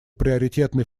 приоритетной